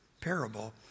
parable